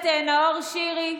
הכנסת נאור שירי,